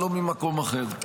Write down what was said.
ולא ממקום אחר.